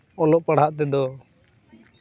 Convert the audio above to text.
ᱚᱞᱚᱜ ᱯᱟᱲᱦᱟᱜ ᱛᱮᱫᱚ